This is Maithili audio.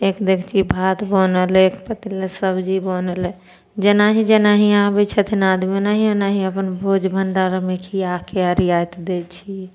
एक देगची भात बनलै एक पतीली सब्जी बनलै जेनाही जेनाही आबै छथिन आदमी ओनाही ओनाही अपन भोज भण्डारामे खियाके अरियाइत दै छी